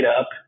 up